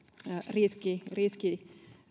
riski riski